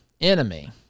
enemy